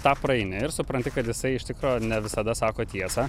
tą praeini ir supranti kad jisai iš tikro ne visada sako tiesą